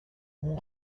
اون